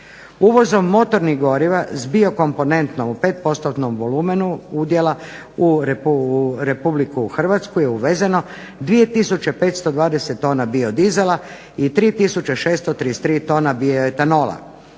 Uvozom motornih goriva s biokomponentom u pet postotnom volumenu udjela u Republiku Hrvatsku je uvezeno 2520 tona biodizela i 3633 tona bioetanola.